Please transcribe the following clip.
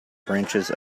branches